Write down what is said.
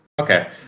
Okay